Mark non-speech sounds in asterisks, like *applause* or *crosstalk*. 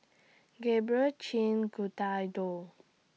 Gabrielle Chin *unintelligible*